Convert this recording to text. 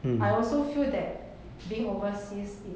I also feel that being overseas it